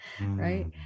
right